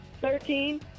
Thirteen